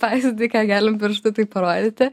pavyzdį į ką galim pirštu taip parodyti